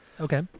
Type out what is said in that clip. okay